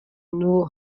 نوح